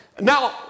Now